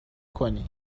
کنی